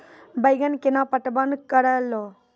बैंगन केना पटवन करऽ लो?